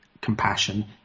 compassion